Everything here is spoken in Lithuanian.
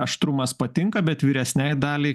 aštrumas patinka bet vyresniai daliai